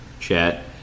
chat